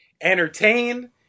entertain